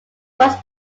most